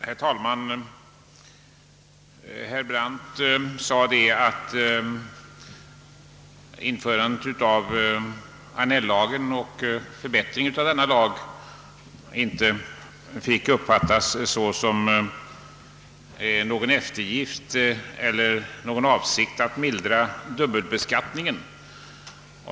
Herr talman! Herr Brandt sade att införandet av Annell-lagen och förbättringen av denna inte fick uppfattas som någon eftergift i avsikt att mildra dubbelbeskattningen.